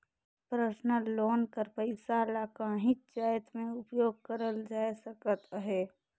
personal loan कर पइसा ल काहींच जाएत में उपयोग करल जाए सकत अहे